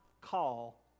call